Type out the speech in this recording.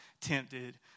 tempted